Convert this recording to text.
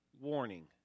warning